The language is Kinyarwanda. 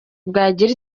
bwagira